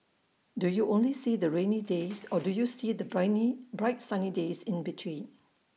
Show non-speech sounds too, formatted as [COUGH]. do you only see the rainy days [NOISE] or do you see the [UNINTELLIGIBLE] bright sunny days in between